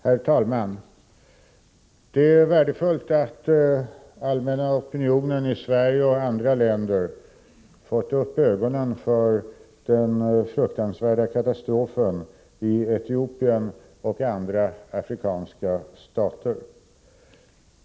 Herr talman! Det är värdefullt att allmänna opinionen i Sverige och andra länder fått upp ögonen för den fruktansvärda katastrofen i Etiopien och andra afrikanska stater.